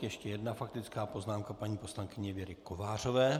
Ještě jedna faktická poznámka paní poslankyně Věry Kovářové.